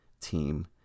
team